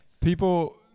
people